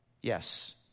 Yes